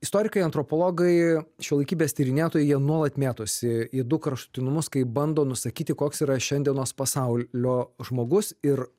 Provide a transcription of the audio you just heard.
istorikai antropologai šiuolaikybės tyrinėtojai jie nuolat mėtosi į du kraštutinumus kai bando nusakyti koks yra šiandienos pasaulio žmogus ir